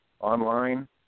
online